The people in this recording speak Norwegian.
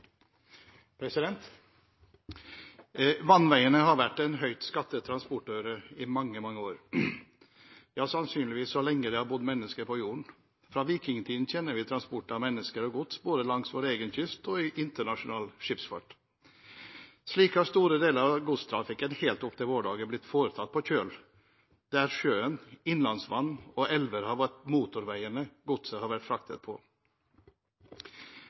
Vannveiene har vært en høyt skattet transportåre i mange år – sannsynligvis like lenge som det har bodd mennesker på jorden. Fra vikingtiden kjenner vi transport av mennesker og gods, både langs vår egen kyst og i internasjonal skipsfart. Slik har store deler av godstrafikken, helt opp til våre dager, blitt foretatt på kjøl, der sjøen, innenlands vann og elver har vært motorveiene godset har blitt fraktet på.